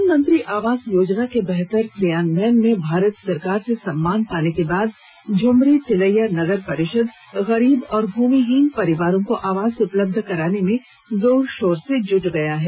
प्रधानमंत्री आवास योजना के बेहतर क्रियान्वयन में भारत सरकार से सम्मान पाने के बाद झमरी तिलैया नगर परिषद गरीब और भूमिहीन परिवारों को आवास उपलब्ध कराने में जोर शोर से जुट गया है